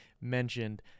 mentioned